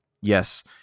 Yes